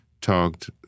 talked